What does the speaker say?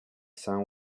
sun